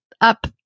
up